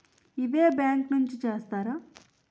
ఇదే బ్యాంక్ నుంచి చేస్తారా?